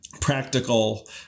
practical